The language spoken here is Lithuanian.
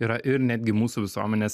yra ir netgi mūsų visuomenės